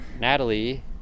Natalie